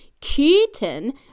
Kitten